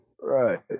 Right